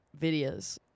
videos